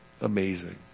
Amazing